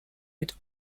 mit